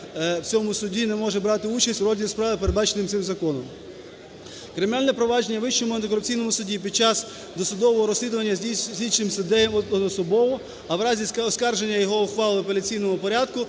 суддя в цьому суді не може брати участь в розгляді справи з передбачених цим законом… Кримінальне провадження у Вищому антикорупційному судді під час досудового розслідування здійснюється слідчим суддею одноособово, а в разі оскарження його ухвали в апеляційному порядку